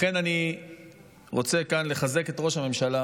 לכן אני רוצה כאן לחזק את ראש הממשלה,